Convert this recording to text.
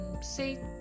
say